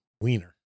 wiener